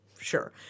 sure